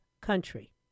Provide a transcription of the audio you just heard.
country